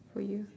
for you